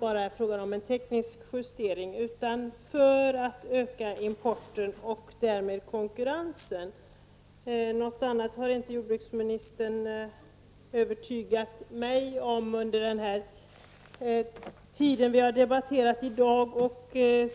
bara innebär en teknisk justering, utan gränsskyddet skall sänkas för att öka importen och därmed konkurrensen. Jordbruksministern har inte övertygat mig om något annat under den tid vi har debatterat i dag.